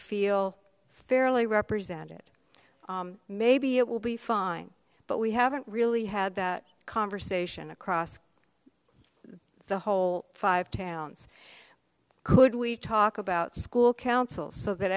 feel fairly represented maybe it will be fine but we haven't really had that conversation across the whole five towns could we talk about school council so that